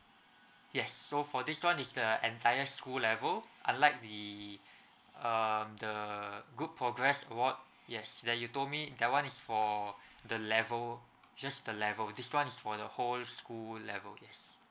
yes so for this one is the entire school level unlike the uh the good progress award yes that you told me that one is for the level just the level this one is for the whole school level yes